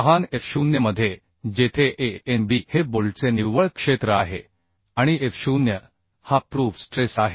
लहान f0 मध्ये जेथे Anb हे बोल्टचे निव्वळ क्षेत्र आहे आणि f0 हा प्रूफ स्ट्रेस आहे